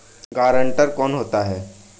Guarantor कौन होता है?